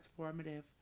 transformative